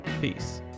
Peace